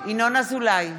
ינון אזולאי,